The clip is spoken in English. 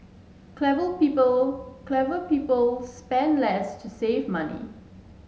clever people clever people spend less to save money